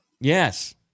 Yes